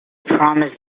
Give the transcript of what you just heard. promised